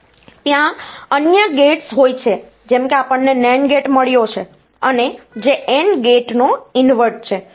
ત્યાં અન્ય ગેટ્સ હોય છે જેમ કે આપણને NAND ગેટ મળ્યો છે અને જે AND ગેટનો ઇનવર્ટ છે